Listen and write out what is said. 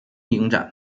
影展